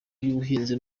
by’ubuhinzi